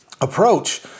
approach